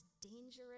dangerous